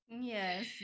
Yes